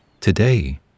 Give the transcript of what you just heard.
today